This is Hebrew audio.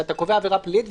שאתה קובע עבירה פלילית,